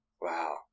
Wow